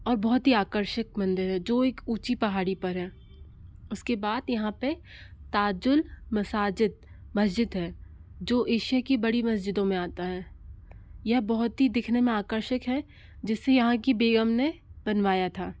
और बहुत ही आकर्षक मंदिर है जो एक ऊँची पहाड़ी पर है उसके बाद यहाँ पर ताजुल मस्जिद मस्जिद है जो एशिया की बड़ी मस्जिदों में आता है यह बहुत ही दिखने में आकर्षक हैं जिसे यहाँ की बेगम ने बनवाया था